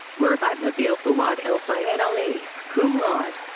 mervat nabil fouad el sayed ali, cum laude.